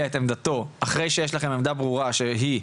את עמדתו אחרי שיש לכם עמדה ברורה שהיא,